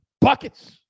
Buckets